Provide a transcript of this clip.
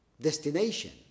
destination